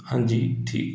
ਹਾਂਜੀ ਠੀਕ